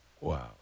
Wow